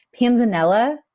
Panzanella